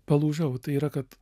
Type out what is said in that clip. palūžau tai yra kad